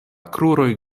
kruroj